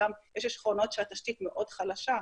יש שכונות שהתשתיות מאוד חלשות.